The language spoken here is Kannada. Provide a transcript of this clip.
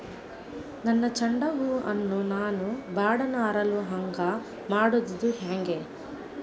ನನ್ನ ಚಂಡ ಹೂ ಅನ್ನ ನಾನು ಬಡಾನ್ ಅರಳು ಹಾಂಗ ಮಾಡೋದು ಹ್ಯಾಂಗ್?